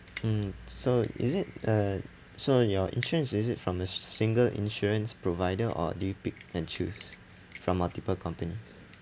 mm so is it uh so your insurance is it from a single insurance provider or do you pick and choose from multiple companies